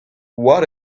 what